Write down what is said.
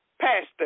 Pastor